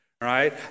right